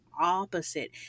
opposite